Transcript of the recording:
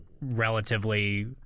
relatively